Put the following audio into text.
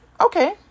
Okay